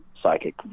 psychic